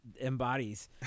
embodies